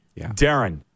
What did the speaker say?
Darren